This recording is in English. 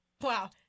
Wow